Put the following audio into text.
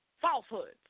falsehoods